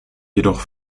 jedoch